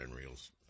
reels